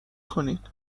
کنین